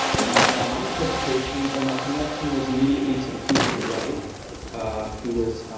and my interpretation or my connection was immediately to the piece on the right who was